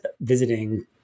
visiting